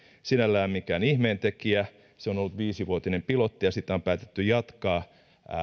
sinällään mikään ihmeentekijä se on ollut viisivuotinen pilotti ja sitä on päätetty jatkaa